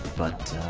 but